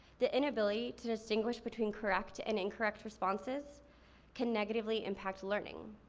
the inability to distinguish between correct and incorrect responses can negatively impact learning.